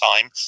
time